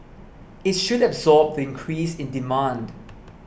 it should absorb the increase in demand